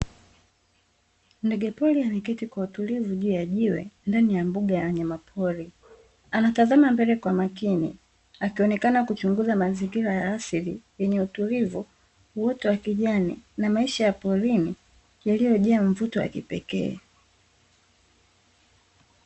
Ndege pori ameketi kwa utulivu juu ya jiwe ndani ya mbuga ya wanyama pori, anatazama mbele kwa makini akionekana kuchunguza mazingira ya asili yenye utulivu, uoto wa kijani na maisha ya porini yaliyojaa mvuto wa kipekee.